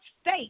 state